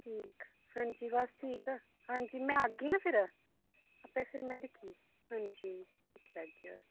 ठीक हांजी बस ठीक हांजी मैं आगी ना फिर आप्पे फिर मैं दिक्खी हांजी दिक्खी लैगी और